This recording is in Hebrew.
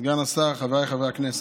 סגן השר, חבריי חברי הכנסת,